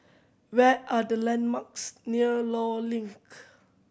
what are the landmark near Law Link